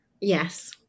yes